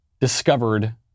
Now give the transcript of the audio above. discovered